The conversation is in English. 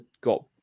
got